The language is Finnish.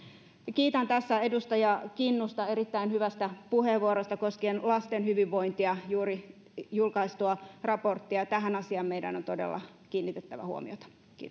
kiitän tässä edustaja kinnusta erittäin hyvästä puheenvuorosta koskien lasten hyvinvointia juuri julkaistua raporttia tähän asiaan meidän on todella kiinnitettävä huomiota